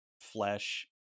flesh